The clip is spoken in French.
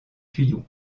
tuyaux